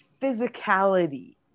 physicality